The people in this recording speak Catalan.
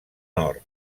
nord